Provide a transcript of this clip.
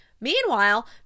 Meanwhile